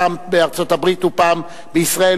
פעם בארצות-הברית ופעם בישראל,